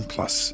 Plus